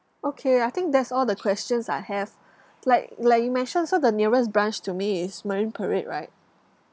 okay I think that's all the questions I have like like you mentioned so the nearest branch to me is marine parade right